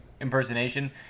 impersonation